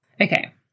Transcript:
Okay